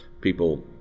People